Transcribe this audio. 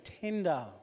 tender